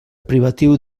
privatiu